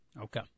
Okay